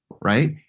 Right